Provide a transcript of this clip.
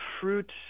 fruit